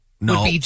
no